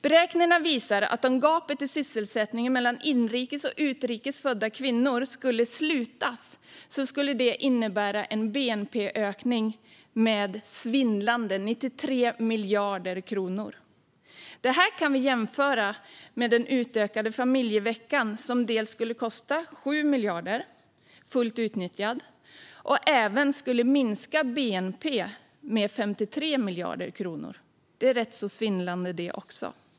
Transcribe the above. Beräkningar visar att om gapet i sysselsättning mellan inrikes och utrikes födda kvinnor skulle slutas skulle det innebära en bnp-ökning med svindlande 93 miljarder kronor. Det kan vi jämföra med den utökade familjeveckan, som dels skulle kosta 7 miljarder kronor fullt utnyttjad, dels skulle minska bnp med 53 miljarder kronor. Det är rätt svindlande, det också.